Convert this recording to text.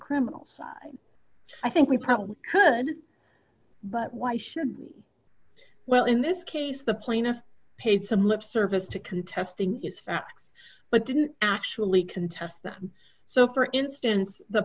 criminal side i think we probably could but why should well in this case the plaintiff paid some lip service to contesting his facts but didn't actually contest them so for instance the